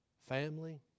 Family